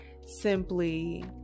simply